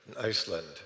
Iceland